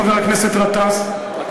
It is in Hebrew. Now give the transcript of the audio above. חבר הכנסת גטאס,